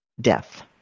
death